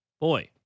boy